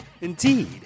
Indeed